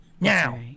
now